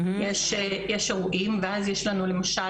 יש אירועים ואז יש לנו למשל,